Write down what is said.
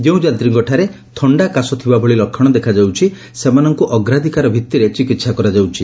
ଯେଉଁ ଯାତ୍ରୀଙ୍କଠାରେ ଥଣା କାଶ ଥିବା ଭଳି ଲକ୍ଷଣ ଦେଖାଯାଉଛି ସେମାନଙ୍କୁ ଅଗ୍ରାଧ୍କାର ଭିଭିରେ ଚିକିହା କରାଯାଉଛି